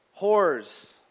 whores